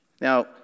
Now